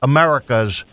Americas